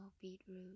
beetroot